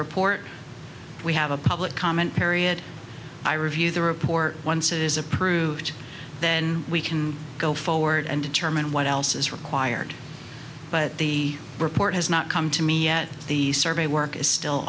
report we have a public comment period i review the report once it is approved then we can go forward and determine what else is required but the report has not come to me yet the survey work is still